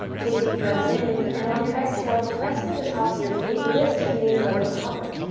take a deep breath in, and on your exhale, press into the tops of your feet. lift your knees. let them hover.